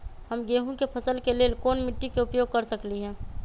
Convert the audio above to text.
हम गेंहू के फसल के लेल कोन मिट्टी के उपयोग कर सकली ह?